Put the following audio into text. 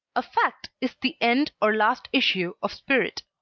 a fact is the end or last issue of spirit.